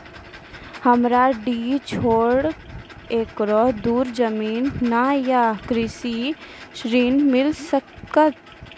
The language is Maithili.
हमरा डीह छोर एको धुर जमीन न या कृषि ऋण मिल सकत?